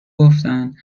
گفتن